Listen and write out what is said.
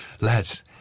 Lads